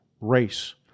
race